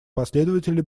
последователи